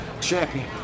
champion